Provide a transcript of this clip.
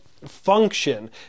function